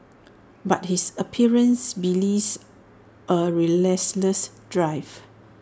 but his appearance belies A relentless drive